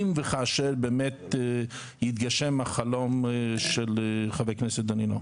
אם וכאשר יתגשם החלום של חבר הכנסת דנינו?